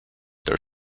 their